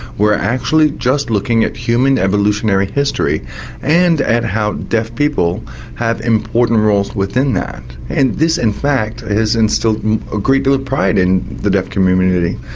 we're actually just looking at human evolutionary history and at how deaf people have important roles within that. and this in fact has instilled a great deal of pride in the deaf community.